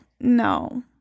no